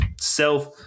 self